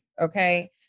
okay